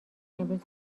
امروز